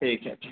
ठीक है ठीक